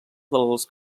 dels